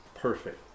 perfect